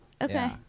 Okay